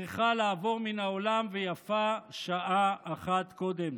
צריכה לעבור מן העולם, ויפה שעה אחת קודם.